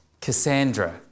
Cassandra